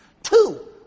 Two